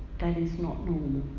that is not normal!